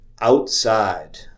outside